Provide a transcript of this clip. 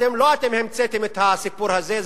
לא אתם המצאתם את הסיפור הזה,